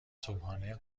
صبحانه